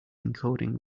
encoding